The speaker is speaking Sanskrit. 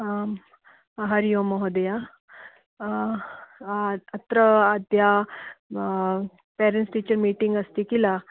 आम् हरिः ओम् महोदये अत्र अद्य पेरेण्टस् टीचर् मीटिङ्ग् अस्ति किल